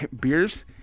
beers